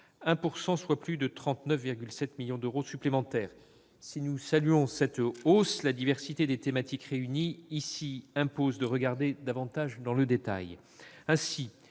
%, soit plus de 39,7 millions d'euros supplémentaires. Si nous saluons cette hausse, la diversité des thématiques réunies ici impose de regarder davantage dans le détail. Ainsi,